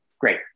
Great